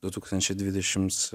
du tūkstančiai dvidešims